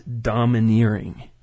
domineering